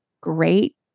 great